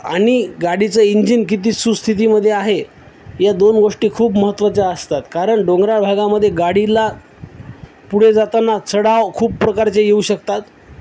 आणि गाडीचं इंजिन किती सुस्थितीमध्ये आहे या दोन गोष्टी खूप महत्त्वाच्या असतात कारण डोंगराळ भागामध्ये गाडीला पुढे जाताना चढाव खूप प्रकारचे येऊ शकतात